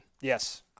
Yes